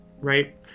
Right